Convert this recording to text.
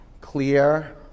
clear